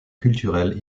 culturelle